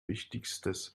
wichtigstes